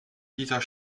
dieser